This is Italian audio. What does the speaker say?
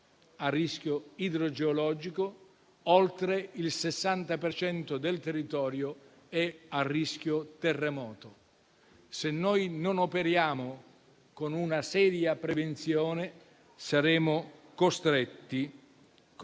a rischio idrogeologico, mentre oltre il 60 per cento del territorio è a rischio terremoto. Se non operiamo con una seria prevenzione, saremo costretti